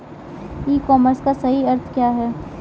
ई commerce का सही अर्थ क्या है?